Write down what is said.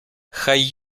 хай